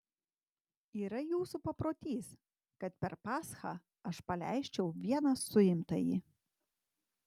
yra jūsų paprotys kad per paschą aš paleisčiau vieną suimtąjį